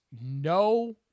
no